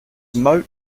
motor